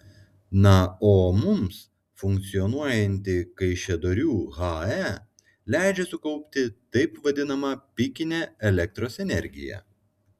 na o mums funkcionuojanti kaišiadorių hae leidžia sukaupti taip vadinamą pikinę elektros energiją